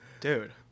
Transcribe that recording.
Dude